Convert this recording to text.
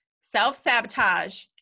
self-sabotage